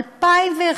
2001,